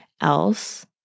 else